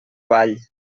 vall